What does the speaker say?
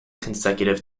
consecutive